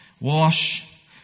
wash